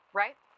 right